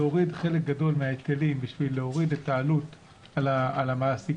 להוריד חלק גדול מההיטלים כדי להוריד את העלות על המעסיקים,